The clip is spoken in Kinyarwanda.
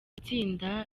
itsinda